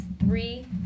three